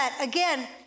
again